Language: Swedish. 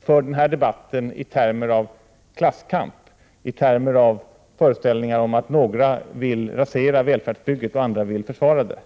för denna debatt i termer av klasskamp, i termer av föreställningar om att några vill rasera välfärdsbygget och andra vill försvara det.